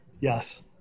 Yes